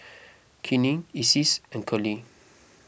Keenen Isis and Curley